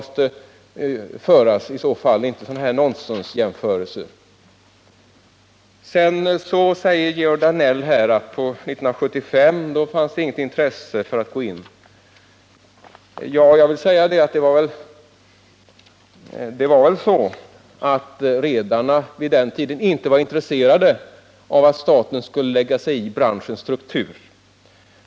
Sedan säger Georg Danell att det 1975 inte fanns något intresse för att gå in i branschen. Det var väl så att redarna vid den tiden inte var intresserade av att staten skulle lägga sig i branschens struktur.